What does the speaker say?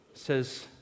says